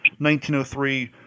1903